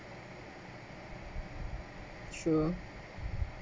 sure